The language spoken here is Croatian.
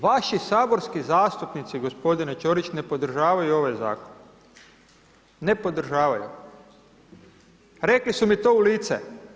Vaši saborski zastupnici g. Ćorić, ne podržavaju ovaj zakon, ne podržavaju, rekli su mi to u lice.